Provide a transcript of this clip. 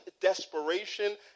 desperation